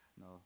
No